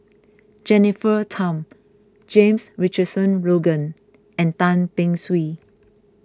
Jennifer Tham James Richardson Logan and Tan Beng Swee